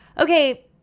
okay